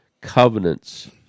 covenants